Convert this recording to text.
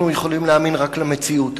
אנחנו יכולים להאמין רק למציאות.